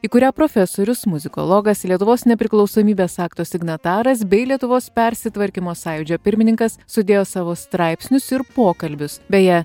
į kurią profesorius muzikologas lietuvos nepriklausomybės akto signataras bei lietuvos persitvarkymo sąjūdžio pirmininkas sudėjo savo straipsnius ir pokalbius beje